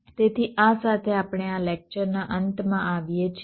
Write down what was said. તેથી આ સાથે આપણે આ લેકચરના અંતમાં આવીએ છીએ